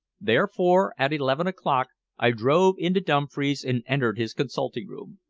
therefore at eleven o'clock i drove into dumfries and entered his consulting-room.